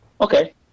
Okay